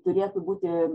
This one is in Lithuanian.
turėtų būti